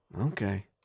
Okay